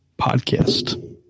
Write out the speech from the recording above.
podcast